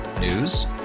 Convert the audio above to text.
News